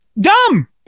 dumb